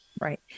Right